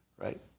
right